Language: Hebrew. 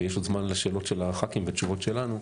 ויש עוד זמן לשאלות של הח"כים ותשובות שלנו.